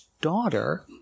daughter